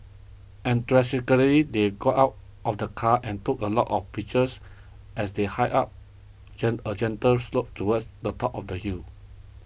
they got out of the car and took a lot of pictures as they hiked up a gentle slope towards the top of the hill